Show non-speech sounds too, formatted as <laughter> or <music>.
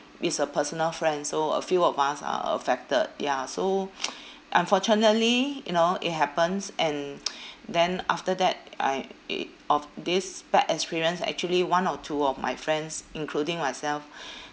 is a personal friend so a few of us are affected ya so <noise> unfortunately you know it happens and <noise> then after that I i~ of this bad experience actually one or two of my friends including myself <breath>